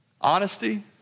Honesty